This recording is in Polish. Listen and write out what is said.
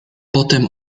potem